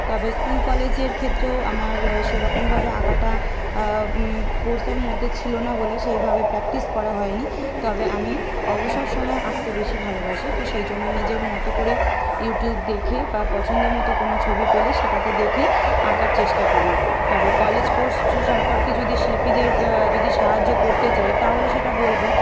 তবে স্কুল কলেজের ক্ষেত্রেও আমার সেরকমভাবে আঁকাটা কোর্সের মধ্যে ছিল না বলে সেইভাবে প্র্যাকটিস করা হয়নি তবে আমি অবসর সময়ে আঁকতে বেশি ভালোবাসি তো সেই জন্য নিজের মতো করে ইউটিউব দেখে বা পছন্দ মতো কোনো ছবি পেলে সেটাকে দেখে আঁকার চেষ্টা করি তবে কলেজ কোর্স সম্পর্কে যদি শিল্পীদের যা যদি সাহায্য করতে চাই তাহলে সেটা বলব